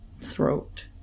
throat